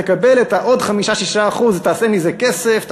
תקבל עוד 6%-5% ותעשה מזה כסף,